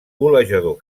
golejador